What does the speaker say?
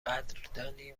قدردانی